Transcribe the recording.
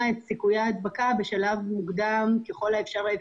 את סיכויי ההדבקה בשלב מוקדם ככל האפשר.